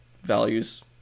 values